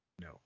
No